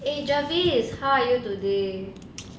eh javis how are you today